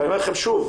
ואני אומר לכם שוב,